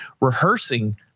rehearsing